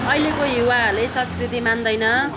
अहिलेको युवाहरूले संस्कृति मान्दैन